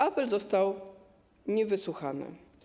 Apel został niewysłuchany.